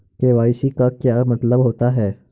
KYC का क्या मतलब होता है?